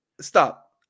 Stop